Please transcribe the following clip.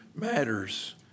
matters